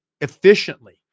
efficiently